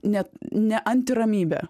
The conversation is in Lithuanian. ne ne antiramybė